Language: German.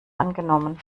angenommen